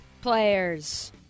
players